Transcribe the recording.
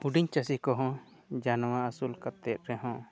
ᱦᱩᱰᱤᱧ ᱪᱟᱹᱥᱤ ᱠᱚᱦᱚᱸ ᱡᱟᱱᱣᱟ ᱟᱹᱥᱩᱞ ᱠᱟᱛᱮᱫ ᱨᱮᱦᱚᱸ